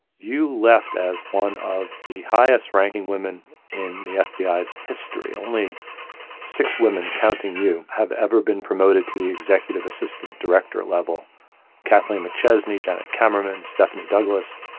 you left as one of the highest-ranking women in the fbi's history. only six women, counting you, have ever been promoted to the executive assistant director level kathleen mcchesney, janet kamerman, stephanie douglas.